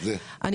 אני